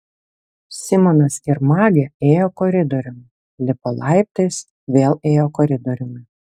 simonas ir magė ėjo koridoriumi lipo laiptais vėl ėjo koridoriumi